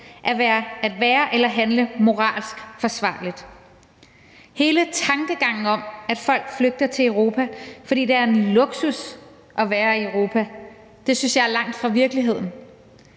at være eller handle moralsk forsvarligt. Hele tankegangen om, at folk flygter til Europa, fordi det er en luksus at være i Europa, synes jeg er langt fra virkeligheden.